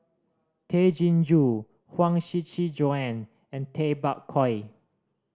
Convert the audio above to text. Tay Chin Joo Huang Shiqi Joan and Tay Bak Koi